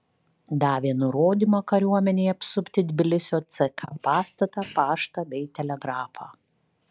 davė nurodymą kariuomenei apsupti tbilisio ck pastatą paštą bei telegrafą